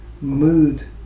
mood